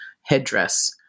headdress